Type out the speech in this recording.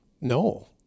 No